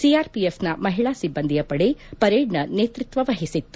ಸಿಆರ್ಪಿಎಫ್ನ ಮಹಿಳಾ ಸಿಬ್ಬಂದಿಯ ಪಡೆ ಪರೇಡ್ನ ನೇತೃತ್ವ ವಹಿಸಿತ್ತು